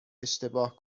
اشتباه